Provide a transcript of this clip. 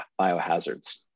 biohazards